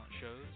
shows